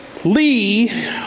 Lee